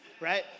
right